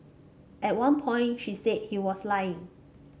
at one point she said he was lying